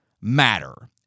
matter